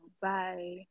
bye